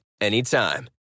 anytime